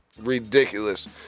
ridiculous